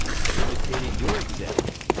i imitated your example.